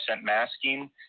masking